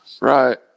Right